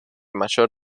mayor